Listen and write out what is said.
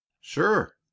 sure